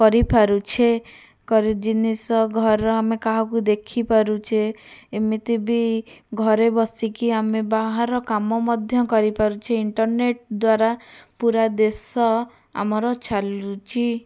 କରିପାରୁଛେ ଜିନିଷ ଘର ଆମେ କାହାକୁ ଦେଖି ପାରୁଛେ ଏମିତି ବି ଘରେ ବସିକି ଆମେ ବାହାର କାମ ମଧ୍ୟ କରିପାରୁଛେ ଇଣ୍ଟରନେଟ ଦ୍ୱାରା ପୁରା ଦେଶ ଆମର ଚାଲୁଛି